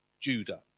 Judah